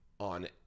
on